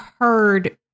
heard